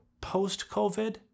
post-COVID